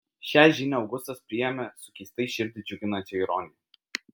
šią žinią augustas priėmė su keistai širdį džiuginančia ironija